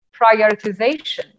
prioritization